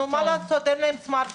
נו, מה לעשות, אין להם סמרטפונים.